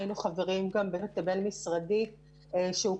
היינו חברים גם בצוות הבין משרדי שהוקם